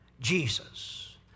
Jesus